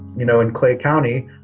you know, in clay county,